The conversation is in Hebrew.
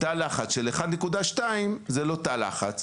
שתא לחץ של 1.2 זה לא תא לחץ.